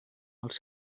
els